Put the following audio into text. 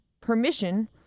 permission